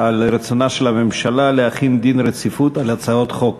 על רצונה של הממשלה להחיל דין רציפות על הצעות חוק.